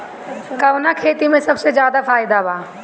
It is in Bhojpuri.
कवने खेती में सबसे ज्यादा फायदा बा?